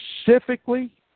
specifically